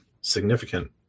significant